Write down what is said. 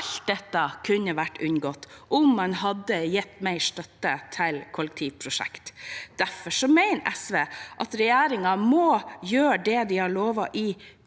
Alt dette kunne vært unngått om man hadde gitt mer støtte til kollektivprosjekter. Derfor mener SV at regjeringen må gjøre det de har lovet i